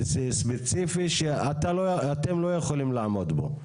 ספציפי שאתם לא יכולים לעמוד בו?